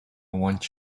want